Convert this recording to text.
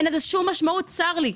אין לזה שום משמעות, צר לי.